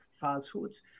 falsehoods